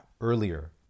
earlier